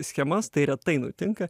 schemas tai retai nutinka